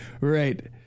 right